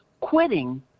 quitting